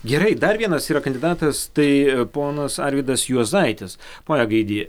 gerai dar vienas yra kandidatas tai ponas arvydas juozaitis pone gaidy